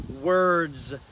words